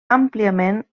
àmpliament